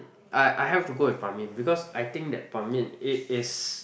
I I have to go with Ban-Mian because I think that Ban-Mian it is